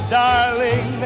darling